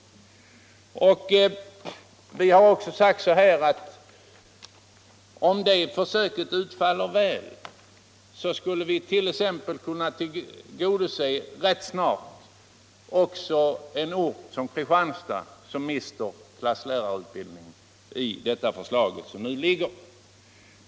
Vi har också sagt att om det försöket utfaller väl, skulle vi t.ex. rätt snart kunna tillgodose också en ort som Kristianstad, som mister klasslärarutbildningen enligt det förslag som nu föreligger.